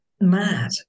mad